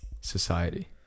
society